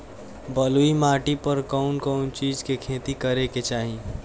बलुई माटी पर कउन कउन चिज के खेती करे के चाही?